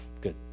Good